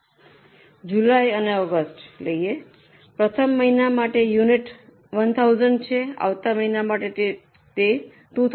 ચાલો જુલાઈ અને ઓગસ્ટ લઈએ પ્રથમ મહિના માટે યુનિટ 1000 છે આવતા મહિના માટે તે 2000 છે